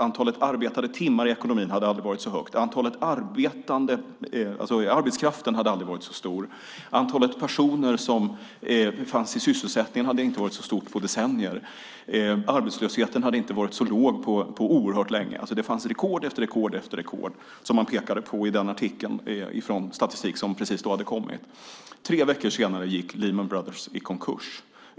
Antal arbetade timmar i ekonomin hade aldrig varit så högt. Antalet arbetande i arbetskraften hade aldrig varit så stort. Antalet personer som fanns i sysselsättning hade inte varit så stort på decennier. Arbetslösheten hade inte varit så låg på oerhört länge. Det var rekord på rekord som man pekade på i den artikeln från statistik som precis hade kommit. Tre veckor senare gick Lehman Brothers i konkurs.